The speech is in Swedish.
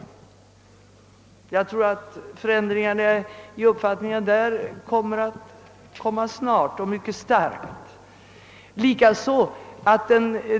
Jag tror ått förändringar i uppfattningarna på detta område kommer snart och mycket starkt.